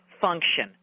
function